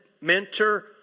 mentor